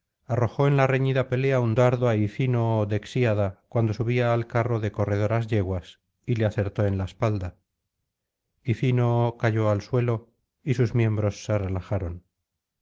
arrojó en la reñida pelea un dardo á ifínoo dexíada cuando subía al carro de corredoras yeguas y le acertó en la espalda ifínoo cayó al suelo y sus miembros se relajaron